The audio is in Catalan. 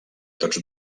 tots